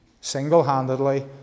single-handedly